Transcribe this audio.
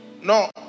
No